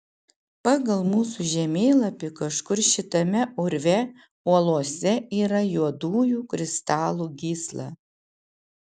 pagal mūsų žemėlapį kažkur šitame urve uolose yra juodųjų kristalų gysla